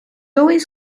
always